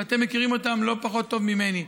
ואתם מכירים אותם לא פחות טוב ממני.